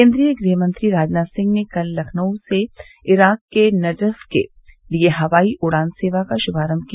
केन्द्रीय गृहमंत्री राजनाथ सिंह ने कल लखनऊ से इराक़ के नजफ़ के लिए हवाई उड़ान सेवा का शुभारंभ किया